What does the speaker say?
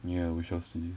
ya we shall see